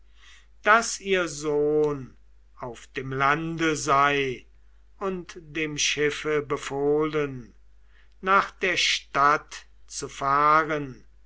daß ihr sohn auf dem lande sei und dem schiffe befohlen nach der stadt zu fahren